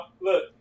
Look